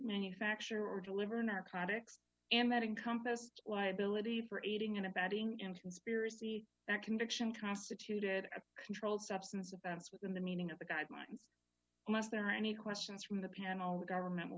manufacture or deliver narcotics and that in compass liability for aiding and abetting in conspiracy that conviction constituted a controlled substance events within the meaning of the guidelines unless there are any questions from the panel government will